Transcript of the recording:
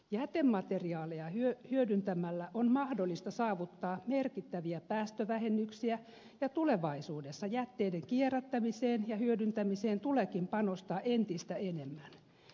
jätemateriaaleja hyödyntämällä on mahdollista saavuttaa merkittäviä päästövähennyksiä ja tulevaisuudessa jätteiden kierrättämiseen ja hyödyntämiseen tuleekin panostaa entistä enemmän